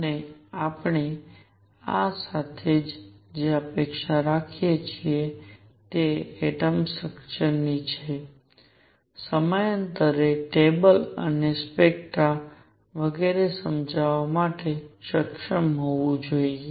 અને આપણે આ સાથે જે અપેક્ષા રાખીએ છીએ તે એટમ સ્ટ્રક્ચરની છે સમયાંતરે ટેબલ અને સ્પેક્ટ્રાવગેરે સમજાવવા માટે સક્ષમ હોવું જોઈએ